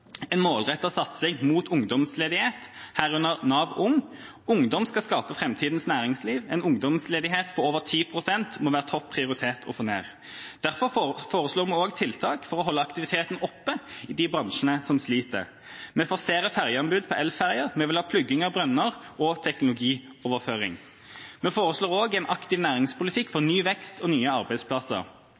en målrettet satsing mot ungdomsledighet, herunder et NAV Ung. Ungdom skal skape framtidens næringsliv. En ungdomsledighet på over 10 pst. må være topprioritet å få ned. Derfor foreslår vi også tiltak for å holde aktiviteten oppe i de bransjene som sliter. Vi forserer fergeanbud på elferger, vi vil ha plugging av brønner og teknologioverføring. Vi foreslår også en aktiv næringspolitikk for ny vekst og nye arbeidsplasser.